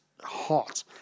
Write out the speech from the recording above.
hot